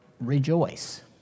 rejoice